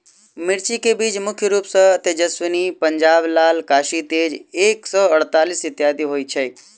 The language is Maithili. मिर्चा केँ बीज मुख्य रूप सँ तेजस्वनी, पंजाब लाल, काशी तेज एक सै अड़तालीस, इत्यादि होए छैथ?